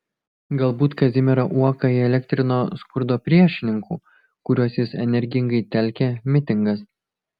galbūt kazimierą uoką įelektrino skurdo priešininkų kuriuos jis energingai telkė mitingas